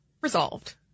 resolved